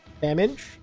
damage